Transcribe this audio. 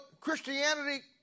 Christianity